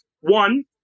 one